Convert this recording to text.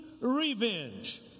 revenge